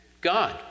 God